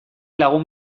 lagun